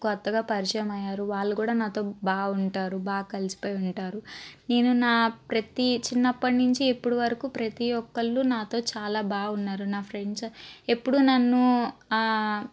కొత్తగా పరిచయమయ్యారు వాళ్లు కూడా నాతో బా ఉంటారు బాగా కలిసి పోయుంటారు నేను నా ప్రతి చిన్నప్పడినుంచి ఇప్పటివరకు ప్రతి ఒక్కళ్ళు నాతో చాలా బాగా ఉన్నారు నా ఫ్రెండ్స్ ఎప్పుడూ నన్ను